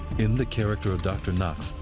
in the character of dr. knox,